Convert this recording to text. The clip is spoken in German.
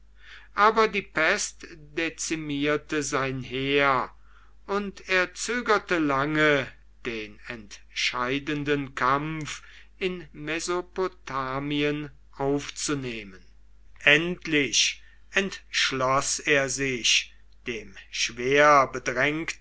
aber die pest dezimierte sein heer und er zögerte lange den entscheidenden kampf in mesopotamien aufzunehmen endlich entschloß er sich dem schwer bedrängten